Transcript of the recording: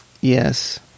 Yes